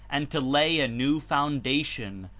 and to lay a new foundation,